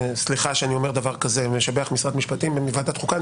סליחה שאני אומר דבר כזה ומשבח משרד משפטים ואני מוועדת חוקה,